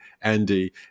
Andy